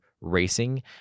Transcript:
racing